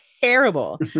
terrible